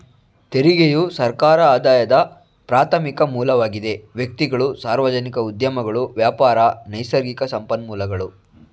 ತೆರಿಗೆಯು ಸರ್ಕಾರ ಆದಾಯದ ಪ್ರಾರ್ಥಮಿಕ ಮೂಲವಾಗಿದೆ ವ್ಯಕ್ತಿಗಳು, ಸಾರ್ವಜನಿಕ ಉದ್ಯಮಗಳು ವ್ಯಾಪಾರ, ನೈಸರ್ಗಿಕ ಸಂಪನ್ಮೂಲಗಳು